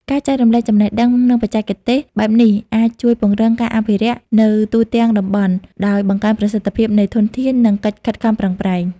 ការចែករំលែកចំណេះដឹង និងបច្ចេកទេសបែបនេះអាចជួយ ពង្រឹងការអភិរក្ស នៅទូទាំងតំបន់ ដោយបង្កើនប្រសិទ្ធភាពនៃធនធាន និងកិច្ចខិតខំប្រឹងប្រែង។